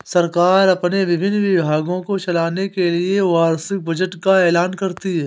सरकार अपने विभिन्न विभागों को चलाने के लिए वार्षिक बजट का ऐलान करती है